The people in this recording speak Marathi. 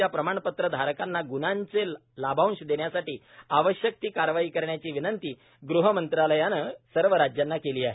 च्या प्रमाणपत्र धारकांना ग्णांचे लाभांश देण्यासाठी आवश्यक ती कारवाई करण्याची विनंती गृहमंत्रालयाने सर्व राज्यांना केली आहे